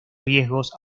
riesgos